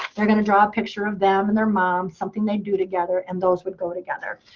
they're going to draw a picture of them and their mom, something they do together. and those would go together.